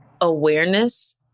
awareness